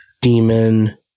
Demon